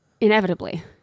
Inevitably